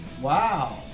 wow